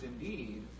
indeed